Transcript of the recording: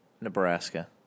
Nebraska